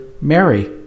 Mary